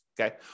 okay